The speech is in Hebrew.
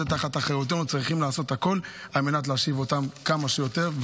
זה תחת אחריותנו לעשות הכול על מנת להשיב אותם כמה שיותר מהר,